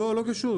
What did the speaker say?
לא קשור.